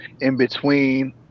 in-between